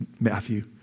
Matthew